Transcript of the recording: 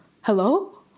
hello